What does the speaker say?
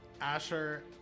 asher